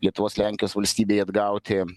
lietuvos lenkijos valstybei atgauti